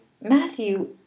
Matthew